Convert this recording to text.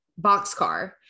boxcar